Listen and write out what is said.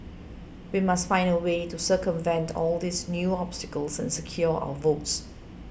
we must find a way to circumvent all these new obstacles and secure our votes